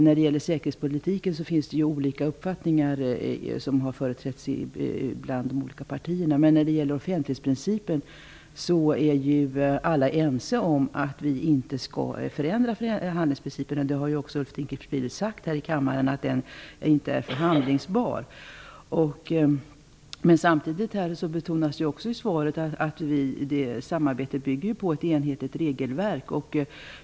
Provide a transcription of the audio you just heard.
När det gäller säkerhetspolitiken finns det olika uppfattningar, som har företrätts bland de olika partierna, men när det gäller offentlighetsprincipen är ju alla ense om att vi inte skall förändra förhandlingsprinciperna. Ulf Dinkelspiel har också här i kammaren sagt att förhandlingsprincipen inte är förhandlingsbar. Samtidigt betonas i svaret att samarbetet bygger på ett enhetligt regelverk.